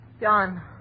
John